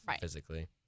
physically